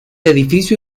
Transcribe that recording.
edificio